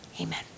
Amen